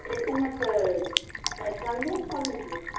चैतमे तऽ झण्डे ने पर्ब होइ छै